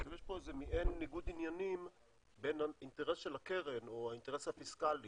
יש פה מעין ניגוד עניינים בין האינטרס של הקרן או האינטרס הפיסקלי